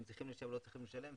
הם לא צריכים עכשיו לשלם.